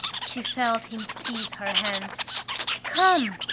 she felt him seize her hand come!